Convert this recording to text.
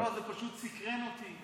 לא, זה פשוט סקרן אותי.